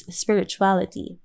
spirituality